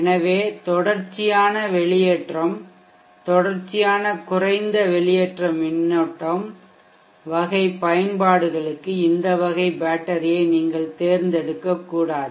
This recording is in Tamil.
எனவே தொடர்ச்சியான வெளியேற்றம் தொடர்ச்சியான குறைந்த வெளியேற்ற மின்னோட்டம் வகை பயன்பாடுகளுக்கு இந்த வகை பேட்டரியை நீங்கள் தேர்ந்தெடுக்கக்கூடாது